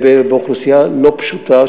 באוכלוסייה לא פשוטה,